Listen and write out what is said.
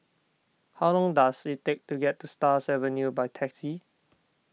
how long does it take to get to Stars Avenue by taxi